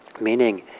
meaning